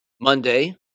Monday